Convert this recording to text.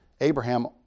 Abraham